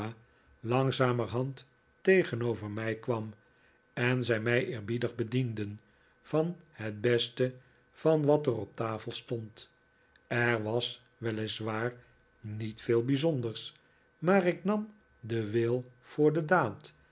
langzamerhand tegenover mij kwam en zij mij eerbiedig bedienden van het beste van wat er op tafel stond er was wel is waar niet veel bijzonders maar ik nam den wil voor de daad